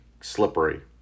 slippery